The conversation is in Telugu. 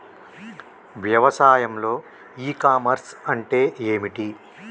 వ్యవసాయంలో ఇ కామర్స్ అంటే ఏమిటి?